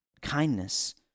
kindness